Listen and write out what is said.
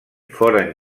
foren